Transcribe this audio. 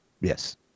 Yes